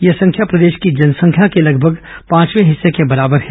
यह संख्या प्रदेश की जनसंख्या के लगभग पांचवे हिस्से के बराबर है